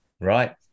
Right